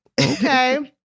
okay